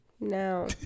Now